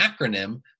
acronym